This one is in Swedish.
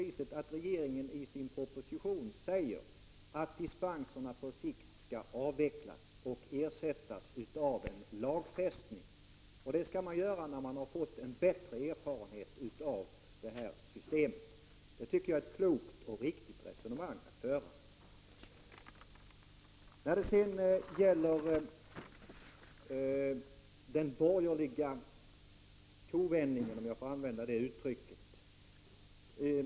Dessutom säger regeringen i sin proposition faktiskt att dispenserna på sikt skall avvecklas och ersättas av lagfästning. Det skall ske när vi har fått erfarenheter av systemet. Det tycker jag är ett klokt och riktigt resonemang. De borgerliga har i detta ärende gjort en kovändning, om jag får använda det uttrycket.